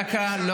דקה.